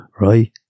right